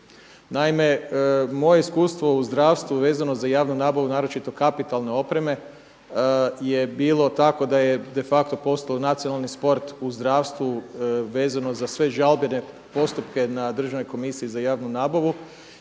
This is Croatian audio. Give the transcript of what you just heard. Naime, moje iskustvo u zdravstvu vezano za javnu nabavu naročito kapitalne opreme je bilo tako da je defacto postalo nacionalni sport u zdravstvu vezano za sve žalbene postupke na državnoj komisiji za javnu nabavu